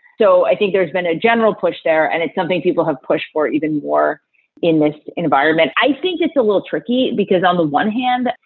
so i think there's been a general push there, and it's something people have pushed for even more in this environment. i think it's a little tricky because on the one hand,